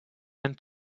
and